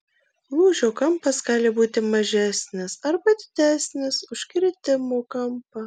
lūžio kampas gali būti mažesnis arba didesnis už kritimo kampą